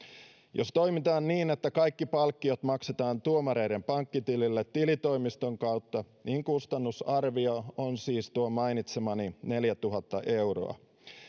jos toimitaan niin että kaikki palkkiot maksetaan tuomareiden pankkitileille tilitoimiston kautta niin kustannusarvio on siis tuo mainitsemani neljätuhatta euroa